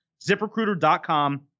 ziprecruiter.com